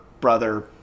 brother